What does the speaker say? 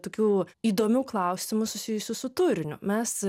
tokių įdomių klausimų susijusių su turiniu mes